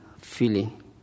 feeling